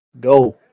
Go